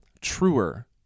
truer